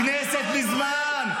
הכנסת, מזמן.